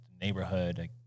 neighborhood